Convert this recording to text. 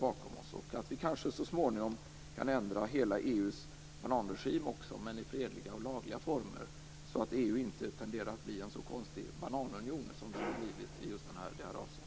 Så småningom kan vi kanske också ändra hela EU:s "bananregim", men i fredliga och lagliga former, så att EU inte tenderar att bli en så konstig bananunion som det blivit i just det här avseendet.